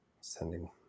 sending